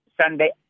Sunday